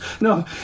No